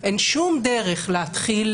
אין שום דרך להתחיל